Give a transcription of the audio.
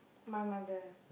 my mother